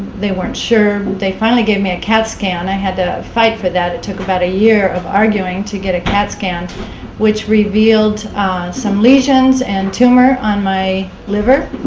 they weren't sure. they finally gave me a cat scan, i had a fight for that it took about a year of arguing to get a cat scan which revealed some lesions and tumor on my liver.